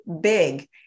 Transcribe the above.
big